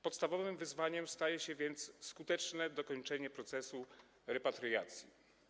Podstawowym wyzwaniem staje się więc skuteczne dokończenie procesu repatriacji.